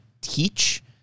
teach